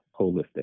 holistic